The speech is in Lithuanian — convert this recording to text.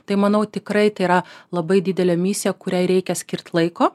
tai manau tikrai tai yra labai didelė misija kuriai reikia skirt laiko